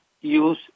use